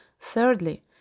Thirdly